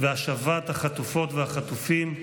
והשבת החטופות והחטופים,